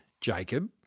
Jacob